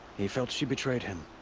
he felt she betrayed him.